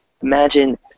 imagine